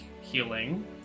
healing